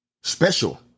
special